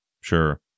Sure